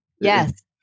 Yes